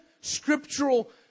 scriptural